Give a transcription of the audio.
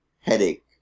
headache